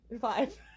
Five